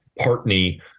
Partney